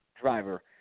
driver